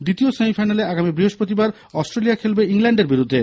দ্বিতীয় সেমিফাইনালে আগামী বৃহস্পতিবার অস্ট্রেলিয়া খেলবে ইংল্যান্ডের বিরুদ্ধে